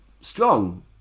strong